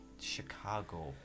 chicago